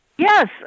Yes